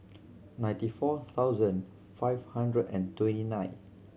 ninety four thousand five hundred and twenty nine